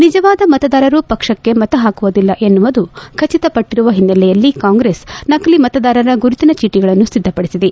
ನಿಜವಾದ ಮತದಾರರು ಪಕ್ಷಕ್ಕೆ ಮತ ಹಾಕುವುದಿಲ್ಲ ಎಸ್ಟುವುದು ಖಚಿತ ಪಟ್ಟರುವ ಹಿನ್ನೆಲೆಯಲ್ಲಿ ಕಾಂಗೆಸ್ ಸಕಲಿ ಮತದಾರರ ಗುರುತಿನ ಚೀಟಗಳನ್ನು ಸಿದ್ಧಪಡಿಸಿದೆ